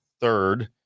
third